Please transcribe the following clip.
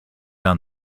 have